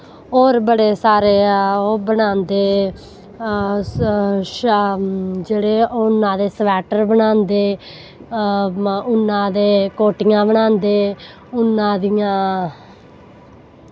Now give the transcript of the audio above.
होर बड़े सारे ओह् बनांदे जेह्ड़े उन्ना दे स्वैटर बनांदे उन्ना दे कोट्टियां बनांदे उन्ना दियां